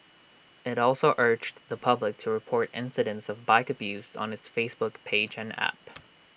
IT also urged the public to report incidents of bike abuse on its Facebook page and app